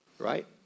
Right